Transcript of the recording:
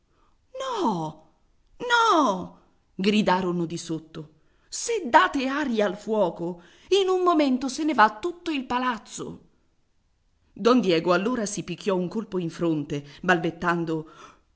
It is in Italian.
no no gridarono di sotto se date aria al fuoco in un momento se ne va tutto il palazzo don diego allora si picchiò un colpo in fronte balbettando